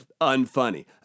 unfunny